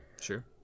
sure